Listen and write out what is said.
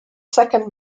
second